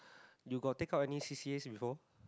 you got take up any c_c_as before